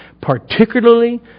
Particularly